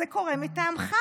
זה קורה מטעמך.